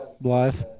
Blythe